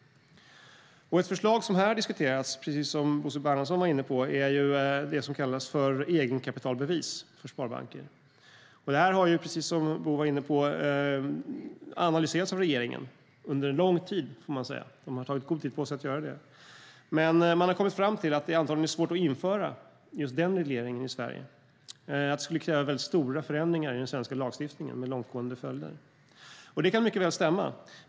Ett förslag som här har diskuterats, precis som Bo Bernhardsson var inne på, är det som kallas för egenkapitalbevis för sparbanker. Det här har, som Bo var inne på, analyserats av regeringen under en lång tid. De har tagit god tid på sig att göra det. Men man har kommit fram till att det antagligen blir svårt att införa just den regleringen i Sverige, därför att det skulle kräva väldigt stora förändringar i den svenska lagstiftningen med långtgående följder. Det kan mycket väl stämma.